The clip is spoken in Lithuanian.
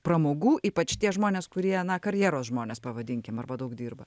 pramogų ypač tie žmonės kurie na karjeros žmonės pavadinkim arba daug dirba